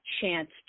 chance